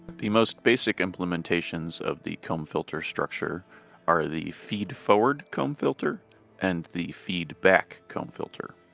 the most basic implementations of the comb filter structure are the feed-forward comb filter and the feedback comb filter,